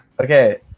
okay